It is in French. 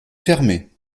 fermé